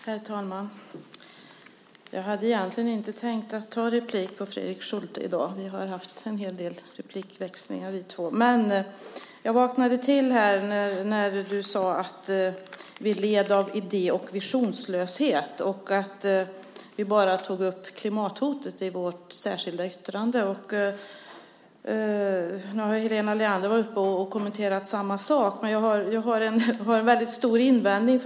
Herr talman! Jag hade egentligen inte tänkt att ta replik på Fredrik Schulte i dag. Vi har haft en hel del replikväxlingar. Men jag vaknade till när du sade att vi led av idé och visionslöshet och att vi bara tog upp klimathotet i vårt särskilda yttrande. Nu har Helena Leander varit uppe och kommenterat samma sak, men jag har en stor invändning.